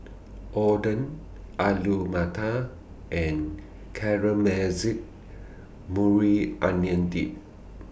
Oden Alu Matar and Caramelized Maui Onion Dip